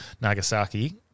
Nagasaki